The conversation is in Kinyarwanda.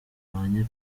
abanye